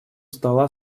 стола